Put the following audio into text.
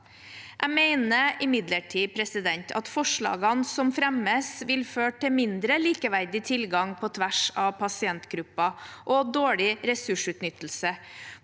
Jeg mener imidlertid at forslagene som fremmes, vil føre til mindre likeverdig tilgang på tvers av pasientgrupper og dårlig ressursutnyttelse